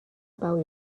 about